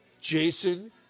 Jason